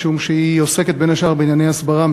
משום שהיא עוסקת בין השאר בענייני הסברה,